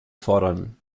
fordern